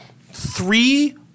Three